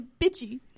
bitchy